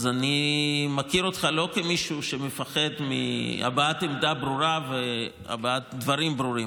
אז אני לא מכיר אותך כמישהו שמפחד מהבעת עמדה ברורה והבעת דברים ברורים.